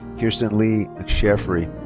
kiersten leigh mcsheffrey.